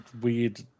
weird